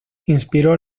inspiró